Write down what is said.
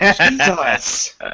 Jesus